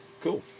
Cool